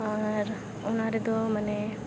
ᱟᱨ ᱚᱱᱟ ᱨᱮᱫᱚ ᱢᱟᱱᱮ